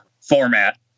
format